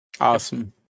Awesome